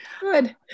Good